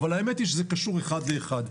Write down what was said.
אבל האמת היא שזה קשור אחד לאחד,